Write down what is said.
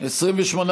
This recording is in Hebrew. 2 לא נתקבלה.